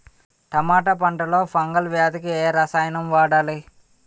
టమాటా పంట లో ఫంగల్ వ్యాధికి ఏ రసాయనం వాడాలి?